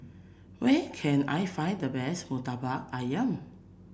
where can I find the best murtabak ayam